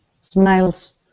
smiles